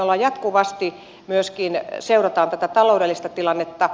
me jatkuvasti myöskin seuraamme tätä taloudellista tilannetta